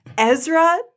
Ezra